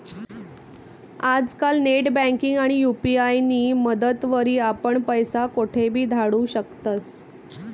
आजकाल नेटबँकिंग आणि यु.पी.आय नी मदतवरी आपण पैसा कोठेबी धाडू शकतस